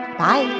Bye